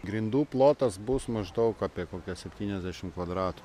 grindų plotas bus maždaug apie kokią septyniasdešim kvadratų